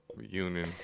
Union